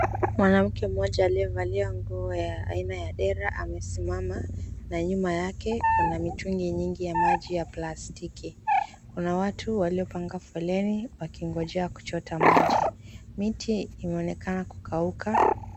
Mwanamke mmoja aliyevalia nguo aina ya dera amesimama na nyuma yake kuna mitungi nyingi ya maji ya plastiki, kuna watu waliopanga foleni wakingojea kuchota maji. Miti inaonekana kukauka.